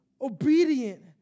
obedient